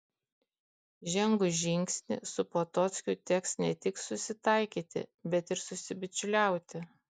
žengus žingsnį su potockiu teks ne tik susitaikyti bet ir susibičiuliauti